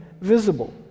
visible